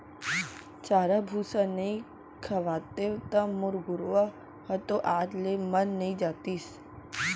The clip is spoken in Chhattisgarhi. चारा भूसा नइ खवातेंव त मोर गरूवा ह तो आज ले मर नइ जातिस